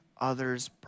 others